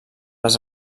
les